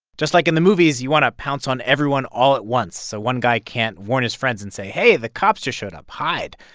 just like in the movies, you want to pounce on everyone all at once so one guy can't warn his friends and say, hey, the cops just showed up hide.